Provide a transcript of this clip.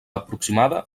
aproximada